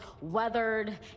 weathered